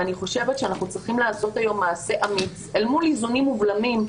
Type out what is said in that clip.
ואני חושבת שאנחנו צריכים לעשות היום מעשה אמיץ אל מול איזונים ובלמים,